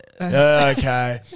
okay